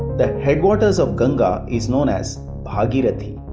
the headwaters of ganga is known as bhagirathi.